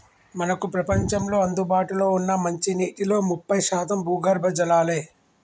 మనకు ప్రపంచంలో అందుబాటులో ఉన్న మంచినీటిలో ముప్పై శాతం భూగర్భ జలాలే